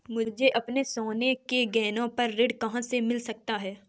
मुझे अपने सोने के गहनों पर ऋण कहाँ से मिल सकता है?